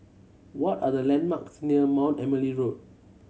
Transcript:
what are the landmarks near Mount Emily Road